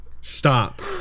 Stop